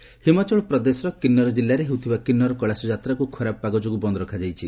କୈଳାଶ ଯାତ୍ରା ହିମାଚଳ ପ୍ରଦେଶର କିନ୍ତର ଜିଲ୍ଲାରେ ହେଉଥିବା କିନ୍ନର କେଳାଶ ଯାତ୍ରାକୁ ଖରାପ ପାଗ ଯୋଗୁଁ ବନ୍ଦ ରଖାଯାଇଛି